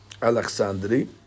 Alexandri